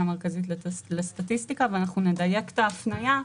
המרכזית לסטטיסטיקה ואנחנו נדייק את ההפניה,